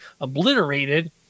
obliterated